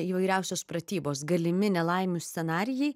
įvairiausios pratybos galimi nelaimių scenarijai